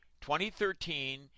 2013